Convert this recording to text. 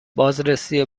بازرسی